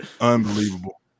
Unbelievable